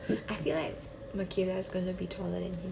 I feel like mikaela's gonna be taller than him